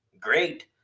great